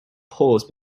pause